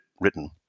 written